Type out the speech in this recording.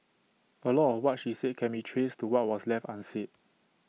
A lot of what she said can be traced to what was left unsaid